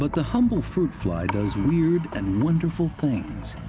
but the humble fruit fly does weird and wonderful things.